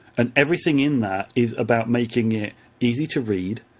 and everything in that is about making it easy to read,